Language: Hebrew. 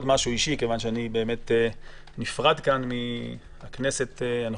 משהו אישי מכיוון שאני נפרד מהכנסת הנוכחית,